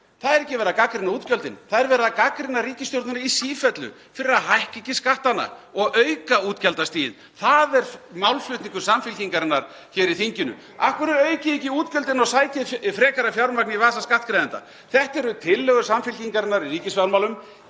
Það er ekki verið að gagnrýna útgjöldin, það er verið að gagnrýna ríkisstjórnina í sífellu fyrir að hækka ekki skattana og auka útgjaldastigið. Það er málflutningur Samfylkingarinnar hér í þinginu: Af hverju aukið ekki þið útgjöldin og sækið frekara fjármagn í vasa skattgreiðenda? Þetta eru tillögur Samfylkingarinnar í ríkisfjármálum